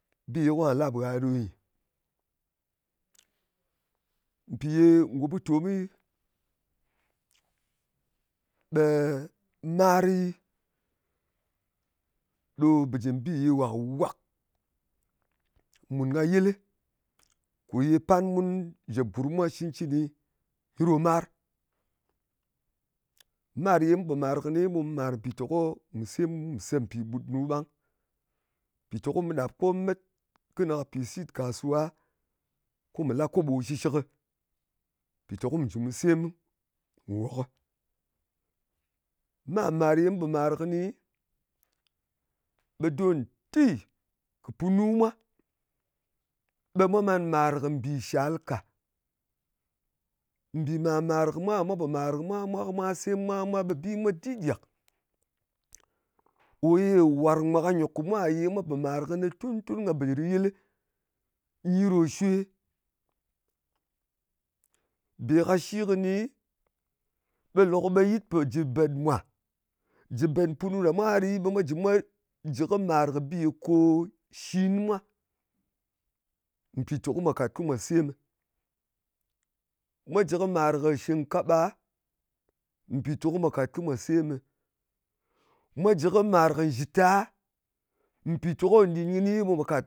Bi ye kwà lap ngha ɗo nyɨ. Mpì ye ngò butomi, ɓe mari ɗo bɨjɨm bi ye wàk-wàk mùn ka yɨlɨ, kò ye pan mun jep gurm mwa cɨncɨni nyi ɗo mar. Mar ye mu pò màr kɨni, ɓe mu màr mpìteko mwa sem, kùm se shɨ ɓutnu ɓang. Mpìtèko mù met kɨnɨ ka pi sit nkàsuwa ko mù la koɓo shɨshɨkɨ. Mpìteko mù jɨ mu sem ngòkɨ. Mar-mar kò ye mu pò màr kɨni, ɓe don nti. Punu mwa, ɓe mwa man màr kɨ mbì shal ka. Mbì màr-màr kɨ mwa, mwa pò màr kɨ mwa mwa, ko mwa sem mwa ɓe bi mwa dit gàk. Ò ye wàrng mwa, ka nyòk kɨ mwa ye mwa pò màr kɨnɨ tun-tun-tun-tun ka bɨdɨr yɨl nyi ɗo shwe. Bè ka shi kɨni, ɓe lòk ɓe yɨt pò jɨ bèt mwa. Jɨ ɓet mpunu ɗa mwa a ɗyi ɓe mwa jɨ kɨ màr kɨ bi kò shin mwa, mpìteko mwa semɨ. Mwa jɨ kɨ màr kɨ shɨngkaɓa, mpìteko mwà kàt ko mwa semɨ. Mwa jɨ kɨ màr kɨ nzhita, mpìteko nɗin kɨni, ɓe mwa kàt